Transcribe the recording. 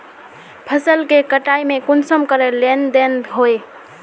फसल के कटाई में कुंसम करे लेन देन होए?